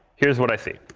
here's what i see,